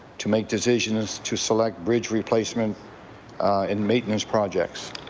to make decisions to select bridge replacement and maintenance projects?